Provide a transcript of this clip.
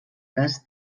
cas